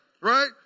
Right